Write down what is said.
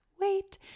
wait